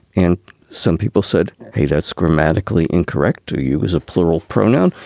and some people said, hey, that's grammatically incorrect to you as a plural pronoun.